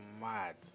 mad